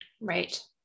right